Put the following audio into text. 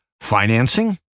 Financing